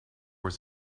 was